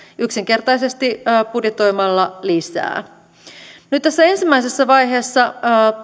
yksinkertaisesti budjetoimalla lisää nyt tässä ensimmäisessä vaiheessa